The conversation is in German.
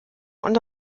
und